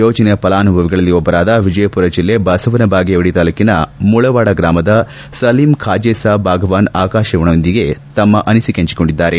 ಯೋಜನೆಯ ಫಲಾನುಭವಿಗಳಲ್ಲಿ ಒಬ್ಬರಾದ ವಿಜಯಪುರ ಜಿಲ್ಲೆ ಬಸವನಭಾಗೇವಾಡಿ ತಾಲ್ಲೂಕಿನ ಮುಳವಾಡ ಗ್ರಾಮದ ಸಲೀಮ ಖಾಜೆಸಾಬ್ ಬಾಗವಾನ್ ಆಕಾಶವಾಣಿಯೊಂದಿಗೆ ತಮ್ಮ ಅನಿಸಿಕೆ ಹಂಚಿಕೊಂಡಿದ್ದಾರೆ